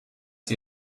sie